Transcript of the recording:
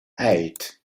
eight